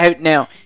Now